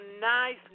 nice